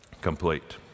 complete